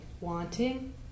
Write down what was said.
wanting